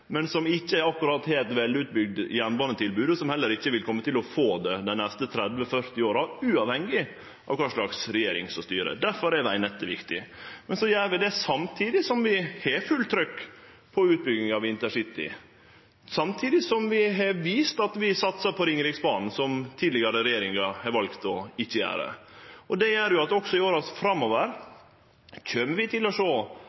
men som ikkje akkurat har eit velutbygd jernbanetilbod, og som heller ikkje vil kome til å få det dei neste 30–40 åra, uavhengig av kva slags regjering som styrer. Difor er vegnettet viktig. Så gjer vi det samtidig som vi har fullt trykk på intercityutbygginga, og samtidig som vi har vist at vi satsar på Ringeriksbanen, som tidlegare regjeringar har valt ikkje å gjere. Det gjer at også i åra framover kjem vi til å sjå